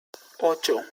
ocho